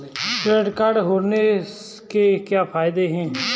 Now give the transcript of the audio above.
Credit card होने के क्या फायदे हैं?